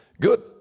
Good